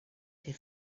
fer